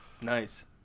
Nice